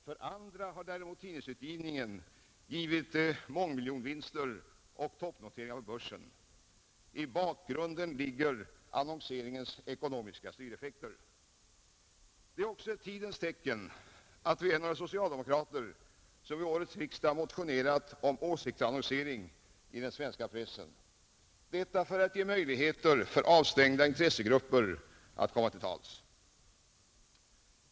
För andra har däremot tidningsutgivningen givit mångmiljonvinster och toppnoteringar på börsen. I bakgrunden ligger annonseringens ekonomiska styreffekter. Det är också ett tidens tecken att vi är några socialdemokrater som vid årets riksdag motionerat om åsiktsannonsering i den svenska pressen. Detta för att ge möjligheter för avstängda intressegrupper att komma till tals!